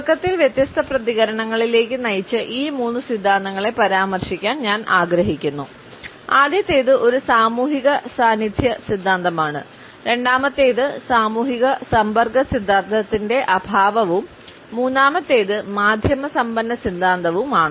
തുടക്കത്തിൽ വ്യത്യസ്ത പ്രതികരണങ്ങളിലേക്ക് നയിച്ച ഈ മൂന്ന് സിദ്ധാന്തങ്ങളെ പരാമർശിക്കാൻ ഞാൻ ആഗ്രഹിക്കുന്നു ആദ്യത്തേത് ഒരു സാമൂഹിക സാന്നിധ്യ സിദ്ധാന്തമാണ് രണ്ടാമത്തേത് സാമൂഹിക സമ്പർക്ക സിദ്ധാന്തത്തിന്റെ അഭാവവും മൂന്നാമത്തേത് മാധ്യമ സമ്പന്ന സിദ്ധാന്തവുമാണ്